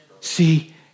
See